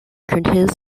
contains